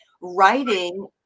writing